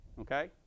Okay